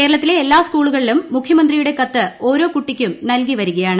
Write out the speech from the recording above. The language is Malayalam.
കേരളത്തിലെ എല്ലാ സ്കൂളുകളിലും മുഖ്യമന്ത്രിയുടെ കത്ത് ഓരോ കുട്ടിക്കും നൽകി വരികയാണ്